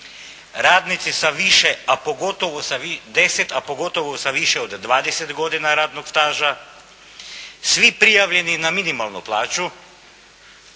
a pogotovo, 10, a pogotovo sa više od 20 godina radnog staža svi prijavljeni na minimalnu plaću,